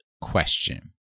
question